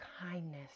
kindness